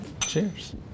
Cheers